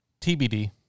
TBD